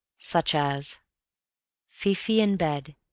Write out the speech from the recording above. such as fi-fi in bed